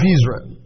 Israel